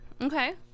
Okay